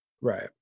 Right